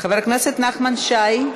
חבר הכנסת נחמן שי,